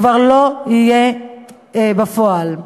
כבר לא יהיה בפועל.